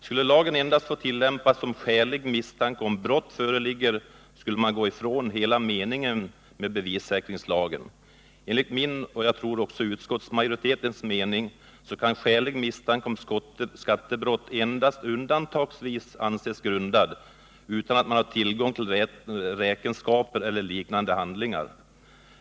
Skulle lagen endast få tillämpas om skälig misstanke om brott föreligger, skulle man gå ifrån hela meningen med bevissäkringslagen. Enligt min uppfattning, som jag tror delas av övriga inom utskottsmajoriteten, kan skälig misstanke om skattebrott endast undantagsvis anses grundad utan att man har tillgång till räkenskaper eller liknande handlingar.